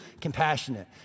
compassionate